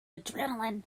adrenaline